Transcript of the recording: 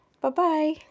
Bye-bye